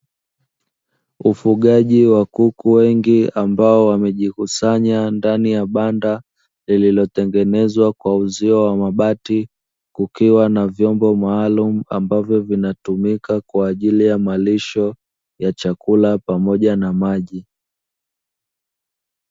Ufugaji wa kuku wengi ambao wamejikusanya ndani ya banda, lililotengenezwa kwa uzio wa mabati, kukiwa na vyombo maalumu ambavyo vinatumika kwa ajili ya malisho ya chakula pamoja na maji.